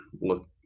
look